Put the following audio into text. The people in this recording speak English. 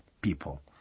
people